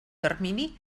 termini